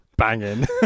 banging